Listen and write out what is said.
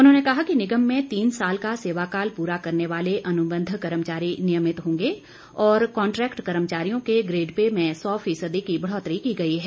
उन्होंने कहा कि निगम में तीन साल का सेवा काल पूरा करने वाले अनुबंध कर्मचारी नियमित होंगे और कॉन्ट्रेक्ट कर्मचारियों के ग्रेड पे में सौ फीसदी की बढ़ोतरी की गई है